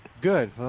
Good